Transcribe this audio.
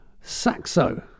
Saxo